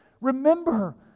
Remember